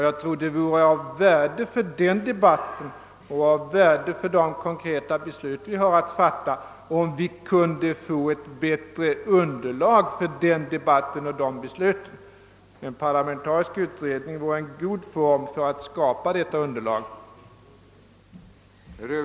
Jag tror det vore av värde för den debatten och för de konkreta beslut som vi har att fatta, om vi kunde få ett bättre underlag för debatten och besluten. En parlamentarisk utredning vore en god form för att skapa detta underlag. b) att riksdagen måtte uttala att försöksverksamhet med olika former av medinflytande borde startas vid så många av kriminalvårdens institutioner som möjligt,